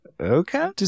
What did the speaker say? Okay